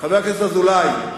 חבר הכנסת אזולאי,